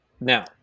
now